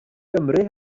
gymru